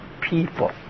people